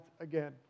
again